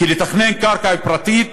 כי לתכנן בקרקע פרטית